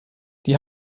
die